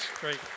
Great